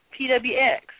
PWX